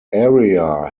area